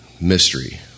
mystery